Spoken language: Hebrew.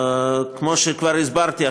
כמו שכבר הסברתי,